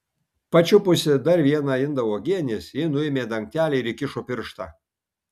pačiupusi dar vieną indą uogienės ji nuėmė dangtelį ir įkišo pirštą